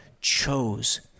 chose